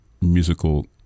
musical